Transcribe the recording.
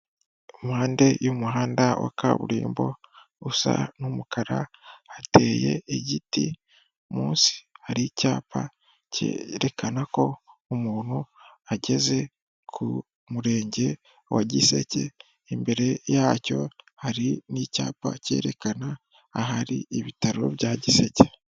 Impande y'umuhanda wa kaburimbo usa n'umukara hateye igiti, munsi hari icyapa cyerekana ko umuntu ageze ku murenge wa Giseke, imbere yacyo hari n'icyapa cyerekana ahari ibitaro bya Giseke.